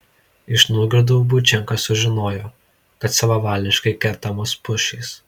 iš nuogirdų buičenka sužinojo kad savavališkai kertamos pušys